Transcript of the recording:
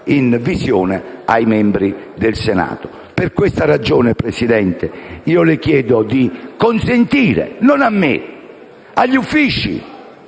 in visione ai membri del Senato. Per questa ragione, Presidente, le chiedo di consentire non a me ma agli uffici